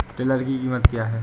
Tiller की कीमत क्या है?